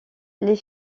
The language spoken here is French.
les